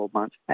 months